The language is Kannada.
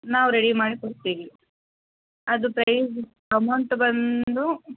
ನಾವು ರೆಡಿ ಮಾಡಿಕೊಡ್ತೀವಿ ಅದು ಪ್ರೈಝ್ ಅಮೌಂಟ್ ಬಂದು